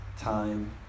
time